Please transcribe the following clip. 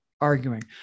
arguing